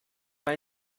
bei